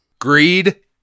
Greed